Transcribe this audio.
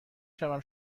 شوم